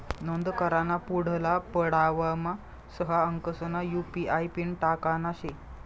नोंद कराना पुढला पडावमा सहा अंकसना यु.पी.आय पिन टाकना शे